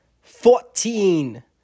fourteen